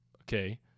Okay